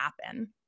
happen